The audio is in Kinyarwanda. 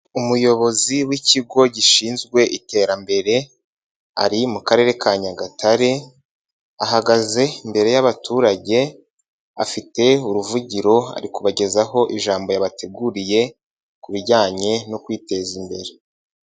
Umuyobozi w'ikigo gishinzwe iterambere ari mu Karere ka Nyagatare ahagaze imbere y'abaturage afite uruvugiro ari kubagezaho ijambo yabateguriye ku bijyanye no kwiteza imbere.